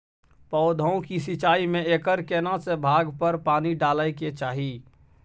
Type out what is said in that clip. पौधों की सिंचाई में एकर केना से भाग पर पानी डालय के चाही?